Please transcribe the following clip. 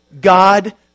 God